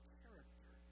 character